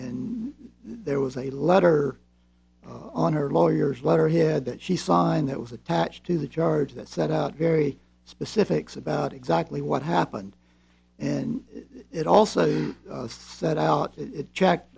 and there was a letter on her lawyers letterhead that she signed that was attached to the charge that set out very specifics about exactly what happened and it also set out it